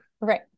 Right